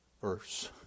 verse